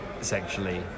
sexually